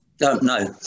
No